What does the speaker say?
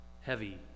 heavy